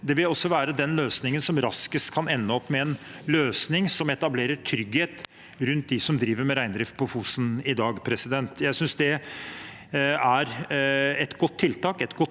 Det vil også være det som raskest kan føre til en løsning som etablerer trygghet rundt dem som driver med reindrift på Fosen i dag. Jeg synes det er et godt tiltak, et godt